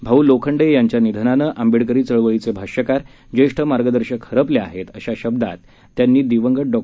भाऊ लोखंडे यांच्या निधनानं आंबेडकरी चळवळीचे भाष्यकार ज्येष्ठ मार्गदर्शक हरपले आहेत आशा शब्दांत त्यांनी यांनी दिवंगत डॉ